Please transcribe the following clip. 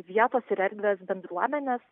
vietos ir erdvės bendruomenes